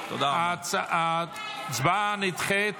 ההצבעה נדחית